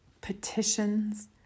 petitions